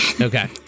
Okay